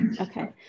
okay